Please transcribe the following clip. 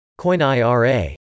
Coinira